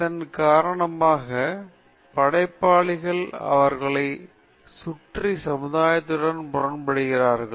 இதன் காரணமாக படைப்பாளிகள் அவர்களைச் சுற்றி சமுதாயத்துடன் முரண்படுகிறார்கள்